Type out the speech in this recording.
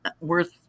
worth